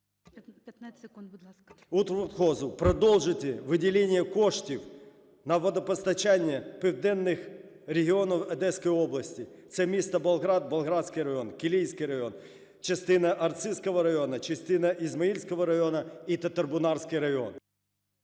А.І. … продовжити виділення коштів на водопостачання в південні регіони Одеської області. Це місто Болград, Болградський район, Кілійський район, частина Арцизького району, частина Ізмаїльського району і Татарбунарський район.